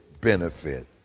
benefit